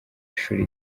ishuri